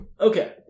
Okay